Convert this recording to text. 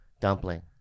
Dumpling